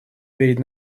перед